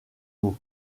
mot